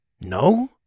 No